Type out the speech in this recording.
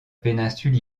péninsule